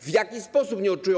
W jaki sposób nie odczują?